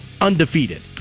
undefeated